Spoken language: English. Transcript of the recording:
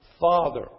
father